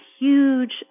huge